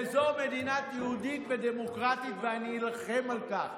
וזו מדינה יהודית ודמוקרטית, ואני אילחם על כך.